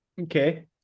Okay